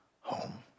home